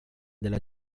della